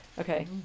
Okay